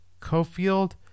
Cofield